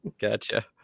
Gotcha